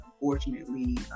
unfortunately